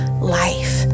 life